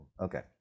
Okay